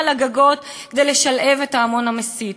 על הגגות כדי לשלהב את ההמון המסית,